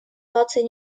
наций